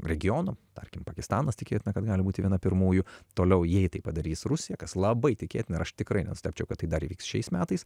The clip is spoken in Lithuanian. regionų tarkim pakistanas tikėtina kad gali būti viena pirmųjų toliau jei tai padarys rusija kas labai tikėtina ir aš tikrai nenustebčiau kad tai dar įvyks šiais metais